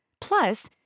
Plus